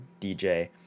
dj